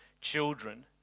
children